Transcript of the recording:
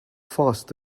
fast